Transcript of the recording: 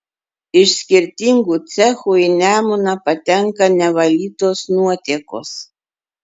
iš skirtingų cechų į nemuną patenka nevalytos nuotekos